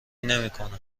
نمیکنم